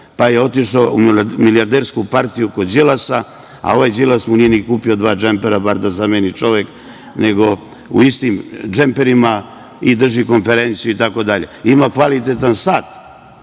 pa je otišao u milijardersku partiju kod Đilasa, a ovaj Đilas mu nije kupio ni dva džempera, bar da zameni čovek, nego u istim džemperima drži konferencije, itd. Ima kvalitetan sat. Ja